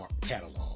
catalog